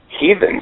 heathens